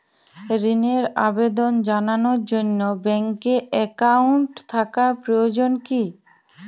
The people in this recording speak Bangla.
ঋণের আবেদন জানানোর জন্য ব্যাঙ্কে অ্যাকাউন্ট থাকা প্রয়োজন কী?